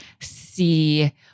See